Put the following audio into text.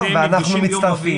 ואנחנו מצטרפים.